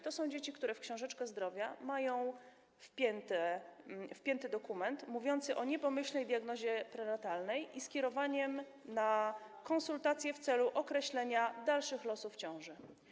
To są dzieci, które w książeczkach zdrowia mają wpięty dokument mówiący o niepomyślnej diagnozie prenatalnej i skierowaniu na konsultacje w celu określenia dalszych losów ciąży.